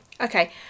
Okay